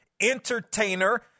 Entertainer